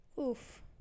oof